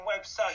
website